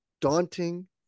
daunting